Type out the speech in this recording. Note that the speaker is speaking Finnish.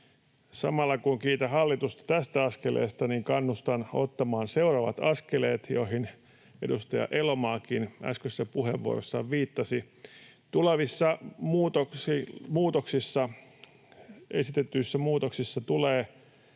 Samalla kun kiitän hallitusta tästä askelesta, kannustan ottamaan seuraavat askelet, joihin edustaja Elomaakin äskeisessä puheenvuorossaan viittasi. Tulevissa esitetyissä muutoksissa tulee